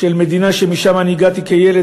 של המדינה שממנה הגעתי כילד,